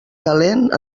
calent